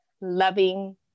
loving